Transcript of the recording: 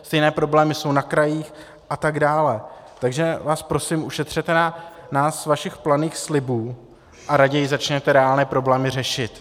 Stejné problémy jsou na krajích atd., takže vás prosím, ušetřete nás vašich planých slibů a raději začněte reálné problémy řešit.